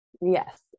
Yes